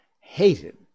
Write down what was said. hated